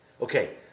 okay